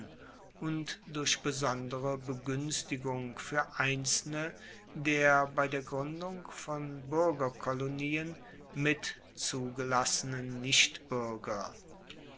und durch besondere beguenstigung fuer einzelne der bei gruendung von buergerkolonien mit zugelassenen